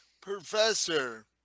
Professor